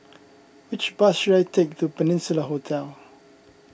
which bus should I take to Peninsula Hotel